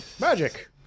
Magic